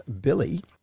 Billy